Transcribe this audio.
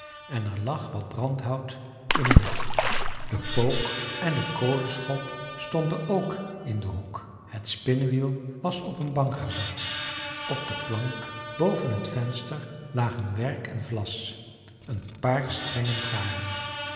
en er lag wat brandhout in een hoek de pook en de kolenschop stonden ook in den hoek het spinnewiel was op een bank gezet op de plank boven het venster lagen werk en vlas een paar strengen garen